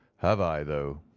have i though,